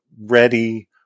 ready